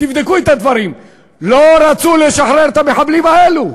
תבדקו את הדברים: לא רצו לשחרר את המחבלים האלו.